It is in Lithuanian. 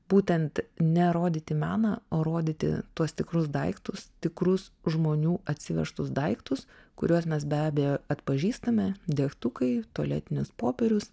būtent ne rodyti meną rodyti tuos tikrus daiktus tikrus žmonių atsivežtus daiktus kuriuos mes be abejo atpažįstame degtukai tualetinis popierius